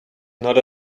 not